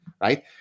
right